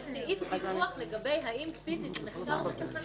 אבל סעיף דיווח האם פיזית הוא נחקר בתחנה